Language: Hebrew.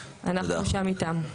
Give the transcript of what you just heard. אנחנו שם איתם.